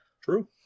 True